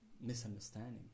misunderstanding